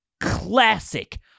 Classic